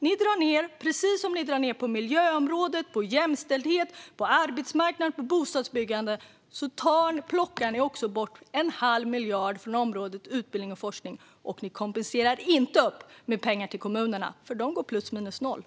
På samma sätt som ni drar ned på områden som miljö, jämställdhet, arbetsmarknad och bostadsbyggande plockar ni också bort en halv miljard från området utbildning och forskning. Ni kompenserar heller inte detta med pengar till kommunerna. De går plus minus noll.